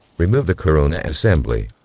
remove the corona assembly.